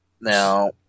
Now